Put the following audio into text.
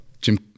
Jim